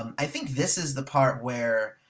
um i think this is the part where.